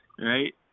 Right